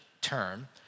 term